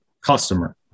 customer